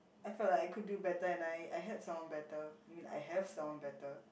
I felt like I could do better and I I had someone better I mean I have someone better